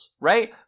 right